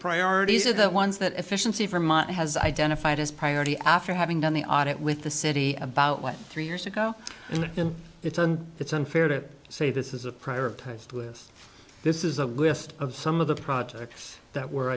priorities are the ones that efficiency from has identified as priority after having done the audit with the city about what three years ago and it's and it's unfair to say this is a prior post with this is a list of some of the projects that were